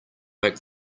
make